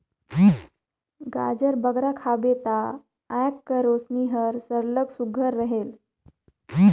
गाजर बगरा खाबे ता आँएख कर रोसनी हर सरलग सुग्घर रहेल